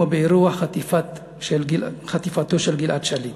כמו באירוע חטיפתו של גלעד שליט.